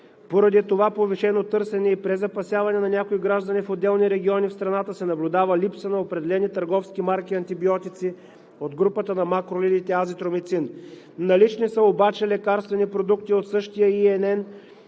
Поради това повишено търсене и презапасяване на някои граждани, в отделни региони в страната се наблюдава липса на определени търговски марки антибиотици от групата на макролидите – азитромицин. Налични са обаче лекарствени продукти от същия EN,